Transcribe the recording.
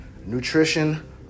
nutrition